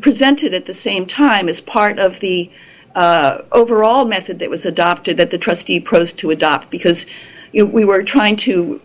presented at the same time as part of the overall method that was adopted that the trustee prose to adopt because we were trying to